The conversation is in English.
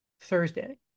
Thursday